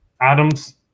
Adams